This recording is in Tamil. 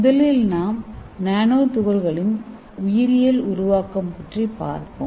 முதலில் நாம் நானோ துகள்களின் உயிரியல் உருவாக்கம் பற்றி பார்ப்போம்